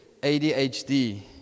ADHD